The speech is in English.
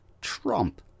Trump